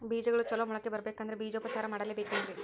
ಬೇಜಗಳು ಚಲೋ ಮೊಳಕೆ ಬರಬೇಕಂದ್ರೆ ಬೇಜೋಪಚಾರ ಮಾಡಲೆಬೇಕೆನ್ರಿ?